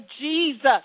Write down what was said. Jesus